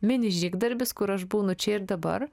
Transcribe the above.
mini žygdarbis kur aš būnu čia ir dabar